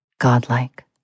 godlike